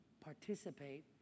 Participate